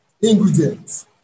ingredients